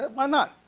why not.